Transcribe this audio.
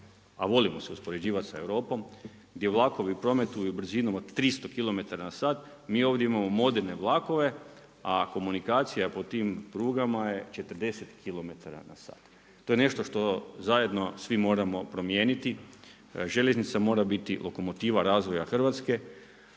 a volimo se uspoređivati sa Europom gdje vlakovi prometuju brzinom od 300 km/h mi ovdje imamo moderne vlakove, a komunikacija po tim prugama je 40 km/h. To je nešto što zajedno svi moramo promijeniti. Željeznica mora biti lokomotiva razvoja Hrvatske,